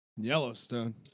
yellowstone